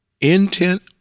intent